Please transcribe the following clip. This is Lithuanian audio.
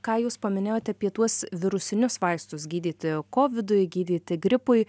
ką jūs paminėjot apie tuos virusinius vaistus gydyti kovidui gydyti gripui